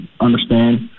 understand